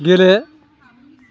गेले